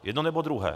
Jedno nebo druhé.